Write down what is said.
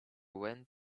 went